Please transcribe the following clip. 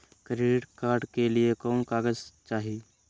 Credit card के लिए कौन कागज चाही?